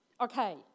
Okay